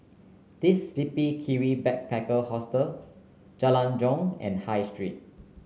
The Sleepy Kiwi Backpacker Hostel Jalan Jong and High Street